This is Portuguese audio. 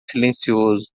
silencioso